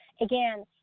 again